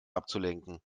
abzulenken